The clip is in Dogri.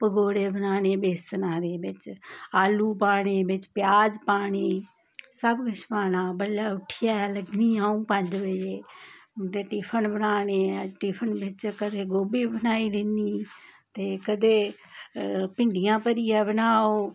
ते पकौड़े बनाने बेसना दे बिच आलू पानी बिच प्याज पानी सब किश पानी बड्डलै उट्ठियै लग्गनी अउं पंज बजे ते टिफन बनाने टिफन बिच कदें गोभी बनाई दिन्नी ते कदें भिंडियां भरियै बनाओ